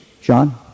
John